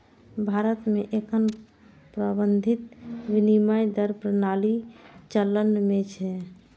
भारत मे एखन प्रबंधित विनिमय दर प्रणाली चलन मे छै